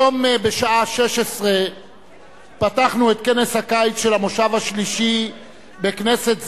היום בשעה 16:00 פתחנו את כנס הקיץ של המושב השלישי בכנסת זו,